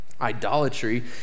idolatry